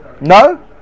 No